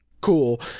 cool